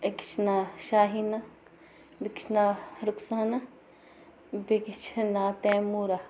أکس چھُ ناو شاہیٖنا بٮ۪کِس چھُ ناو رُکسانا بٮ۪کِس چھُ ناو تٮ۪موٗرا